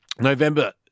November